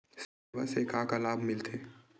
सेवा से का का मिलथे?